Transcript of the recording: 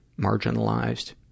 marginalized